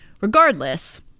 Regardless